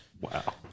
Wow